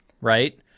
right